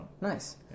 Nice